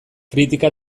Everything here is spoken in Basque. kritika